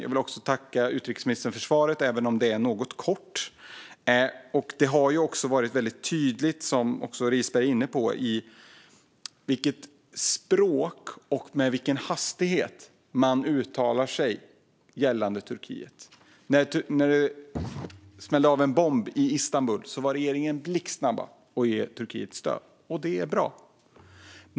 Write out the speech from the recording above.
Jag vill också tacka utrikesministern för svaret, även om det var något kort. Som Risberg är inne på har det varit tydligt vilket språk man använder och med vilken hastighet man uttalar sig gällande Turkiet. När en bomb smällde av i Istanbul var regeringen blixtsnabb med att ge Turkiet stöd, och det är bra.